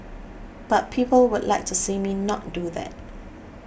but people would like to see me not do that